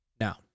Now